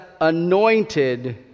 anointed